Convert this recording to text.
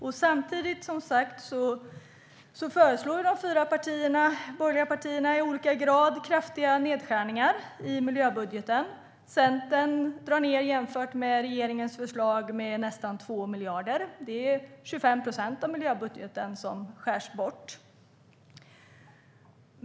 Men de fyra borgerliga partierna föreslår som sagt i olika grad kraftiga nedskärningar i miljöbudgeten. Centern drar ned med nästan 2 miljarder jämfört med regeringens förslag. Det är 25 procent av miljöbudgeten som skärs bort.